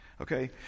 Okay